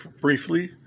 briefly